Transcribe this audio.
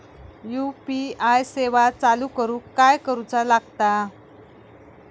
UPI सेवा चालू करूक काय करूचा लागता?